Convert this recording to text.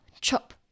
chop